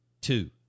Two